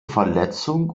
verletzung